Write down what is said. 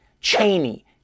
Cheney